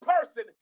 person